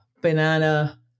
banana